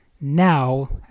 now